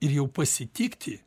ir jau pasitikti